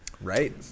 Right